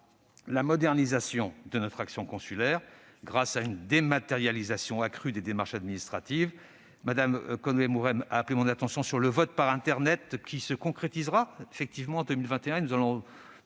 la modernisation de notre action consulaire, grâce à une dématérialisation accrue des démarches administratives. Mme Conway-Mouret a appelé mon attention sur le vote par internet : celui-ci se concrétisera effectivement en 2021.